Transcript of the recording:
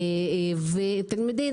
ולא